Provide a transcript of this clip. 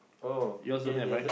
yours don't have right